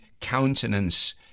countenance